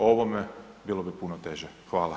O ovome bilo bi puno teže.